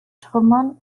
trümmern